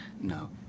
No